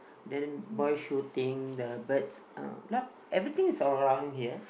then boy shooting the birds uh not everything is all around here